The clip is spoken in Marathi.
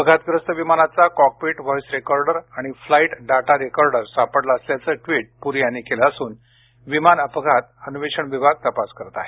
अपघातग्रस्त विमानाचा कॉकपिट व्होईस रेकॉर्डर आणि फ्लाईट डेटा रेकॉर्डर सापडला असल्याचं ट्वीट पुरी यांनी केलं असून विमान अपघात अन्वेषण विभाग तपास करत आहे